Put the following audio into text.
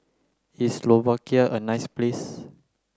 is Slovakia a nice place